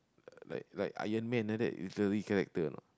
like like Iron-Man like that is really character a not